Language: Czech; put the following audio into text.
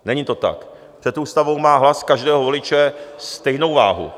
Není to tak, před ústavou má hlas každého voliče stejnou váhu.